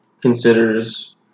considers